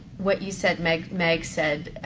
what you said meg meg said,